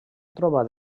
trobat